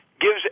gives